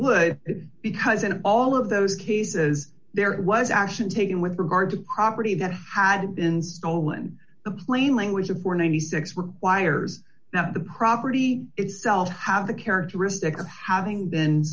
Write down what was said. would because in all of those cases there was action taken with regard to property that had been stolen the plain language of for ninety six requires that the property itself have the characteristic of having been